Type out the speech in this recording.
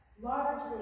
Largely